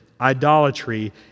idolatry